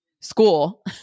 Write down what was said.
school